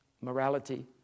morality